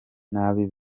nabi